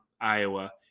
Iowa